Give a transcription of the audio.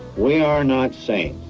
we are not saints.